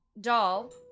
doll